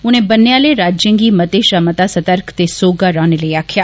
उनें बन्ने आले राज्यें गी मते षा मता सतर्क ते सौहगा रौहने लेई आक्खेआ